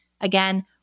again